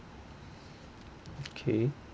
okay